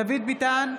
דוד ביטן,